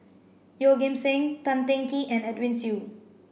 Yeoh Ghim Seng Tan Teng Kee and Edwin Siew